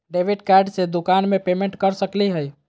Debit card से दुकान में पेमेंट कर सकली हई?